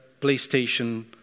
PlayStation